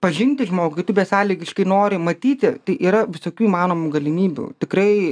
pažinti žmogų kai tu besąlygiškai nori matyti tai yra visokių įmanomų galimybių tikrai